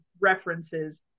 references